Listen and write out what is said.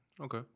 Okay